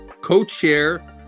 co-chair